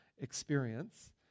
experience